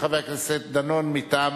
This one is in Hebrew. וחבר הכנסת דנון מטעם